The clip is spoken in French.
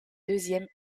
deuxième